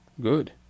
good